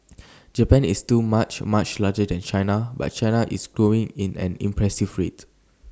Japan is too much much larger than China but China is growing at an impressive rate